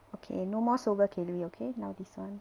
okay no more சோக கேள்வி:soga kaelvi okay now this [one]